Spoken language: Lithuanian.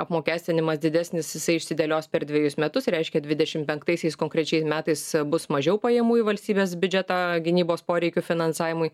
apmokestinimas didesnis jisai išsidėlios per dvejus metus reiškia dvidešim penktaisiais konkrečiais metais bus mažiau pajamų į valstybės biudžetą gynybos poreikių finansavimui